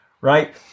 right